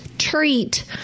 treat